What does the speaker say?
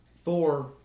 Thor